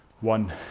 one